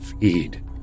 feed